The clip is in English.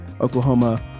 Oklahoma